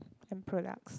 and products